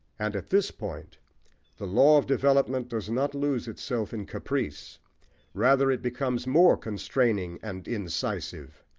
and at this point the law of development does not lose itself in caprice rather it becomes more constraining and incisive.